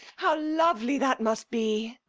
how lovely that must be!